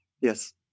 Yes